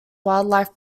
wildlife